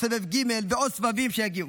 לסבב ג' ולעוד סבבים שיגיעו.